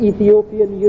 Ethiopian